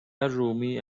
رومی